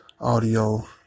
audio